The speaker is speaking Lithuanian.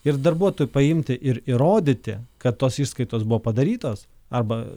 ir darbuotojui paimti ir įrodyti kad tos išskaitos buvo padarytos arba